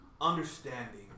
Understanding